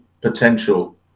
potential